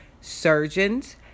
Surgeons